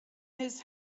his